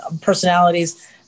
personalities